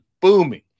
booming